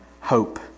hope